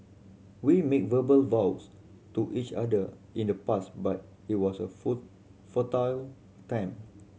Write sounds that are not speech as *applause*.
we made verbal vows to each other in the past but it was a *unintelligible* futile time